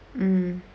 mm